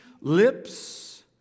lips